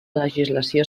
legislació